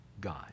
God